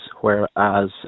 whereas